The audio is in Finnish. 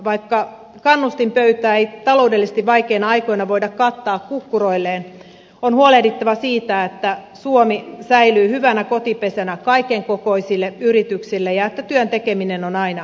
vaikka kannustinpöytää ei taloudellisesti vaikeina aikoina voida kattaa kukkuroilleen on huolehdittava siitä että suomi säilyy hyvänä kotipesänä kaiken kokoisille yrityksille ja että työn tekeminen on aina kannattavaa